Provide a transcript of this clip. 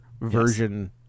version